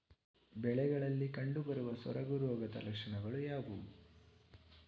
ಬೆಳೆಗಳಲ್ಲಿ ಕಂಡುಬರುವ ಸೊರಗು ರೋಗದ ಲಕ್ಷಣಗಳು ಯಾವುವು?